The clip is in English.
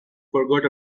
forgot